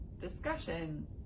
discussion